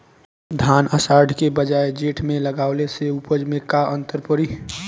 धान आषाढ़ के बजाय जेठ में लगावले से उपज में का अन्तर पड़ी?